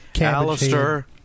Alistair